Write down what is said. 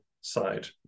side